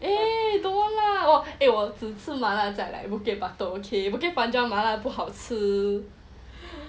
eh don't lah eh 我只吃麻辣在 like bukit batok okay bukit panjang 麻辣不好吃